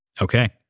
Okay